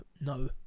no